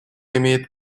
имеет